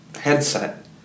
headset